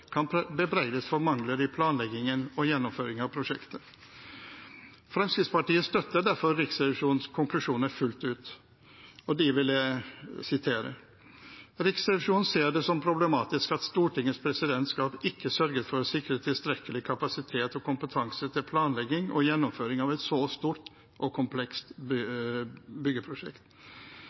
kan bebreides for mangler i planleggingen og gjennomføringen av prosjektet. Fremskrittspartiet støtter derfor Riksrevisjonens konklusjoner fullt ut, og dem vil jeg sitere fra: «Riksrevisjonen ser det som problematisk at Stortingets presidentskap ikke sørget for å sikre tilstrekkelig kapasitet og kompetanse til planlegging og gjennomføring av et så stort og komplekst byggeprosjekt.